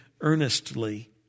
earnestly